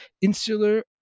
insular